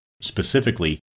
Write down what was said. specifically